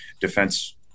defense